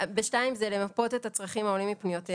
ב-(2) זה: למפות את הצרכים העולים מפניותיהם